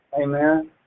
Amen